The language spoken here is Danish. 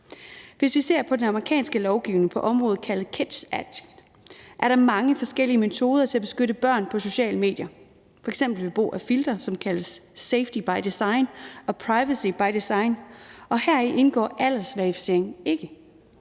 Hvis vi ser på den amerikanske lovgivning på området, kaldet KIDS Act, er der mange forskellige metoder til at beskytte børn på sociale medier, f.eks. ved brug af filtre, som kaldes safety by design og privacy by design, og heri indgår en aldersverificering ikke.